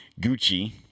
Gucci